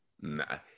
Nah